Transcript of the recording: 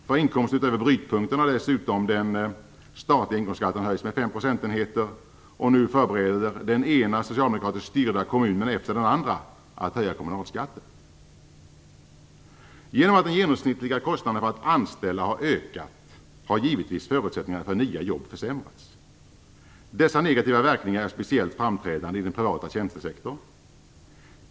För inkomster utöver brytpunkten har dessutom den statliga inkomstskatten höjts med fem procentenheter, och nu förbereder den ena socialdemokratiskt styrda kommunen efter den andra att höja kommunalskatten. Genom att den genomsnittliga kostnaden för att anställa har ökat har givetvis förutsättningarna för nya jobb försämrats. Dessa negativa verkningar är speciellt framträdande i den privata tjänstesektorn.